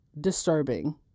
disturbing